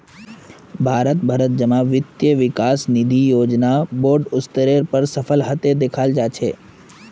भारत भरत जमा वित्त विकास निधि योजना बोडो स्तरेर पर सफल हते दखाल जा छे